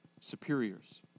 superiors